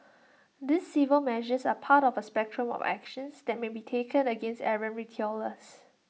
these civil measures are part of A spectrum of actions that may be taken against errant retailers